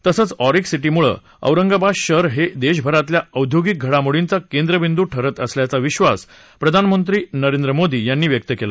तसंच ऑरिक सिटीमुळं औरंगाबाद शहर हे देशभरातल्या औद्योगिक घडामोडींचा केंद्रबिंदू ठरत असल्याचा विश्वास प्रधानमंत्री नरेंद्र मोदी यांनी व्यक्त केला